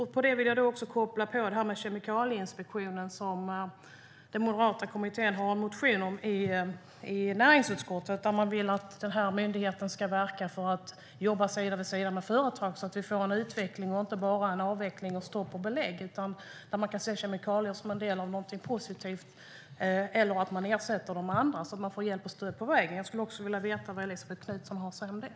Jag vill också koppla på frågan om Kemikalieinspektionen, som den moderata kommittén har en motion om i näringsutskottet. Vi vill att myndigheten ska verka för att jobba sida vid sida med företag så att vi får en utveckling och inte bara en avveckling och ett stopp och belägg. Man borde i stället se kemikalier som en del av någonting positivt, och man borde kunna ersätta andra och ge hjälp och stöd på vägen. Jag skulle vilja veta vad Elisabet Knutsson har att säga om det.